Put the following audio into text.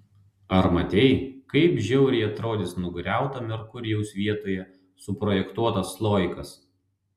ar matei kaip žiauriai atrodys nugriauto merkurijaus vietoje suprojektuotas sloikas